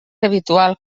habitual